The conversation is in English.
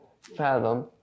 fathom